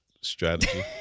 Strategy